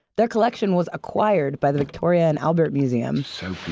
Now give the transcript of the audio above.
their collection was acquired by the victoria and albert museum so